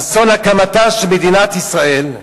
אסון הקמתה של מדינת ישראל,